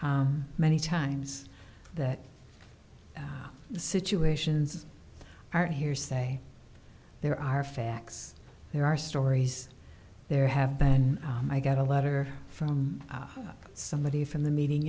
many times that the situations are hearsay there are facts there are stories there have been i got a letter from somebody from the meeting